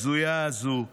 הבזויה הזאת,